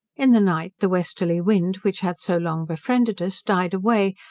in the night the westerly wind, which had so long befriended us, died away,